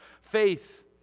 faith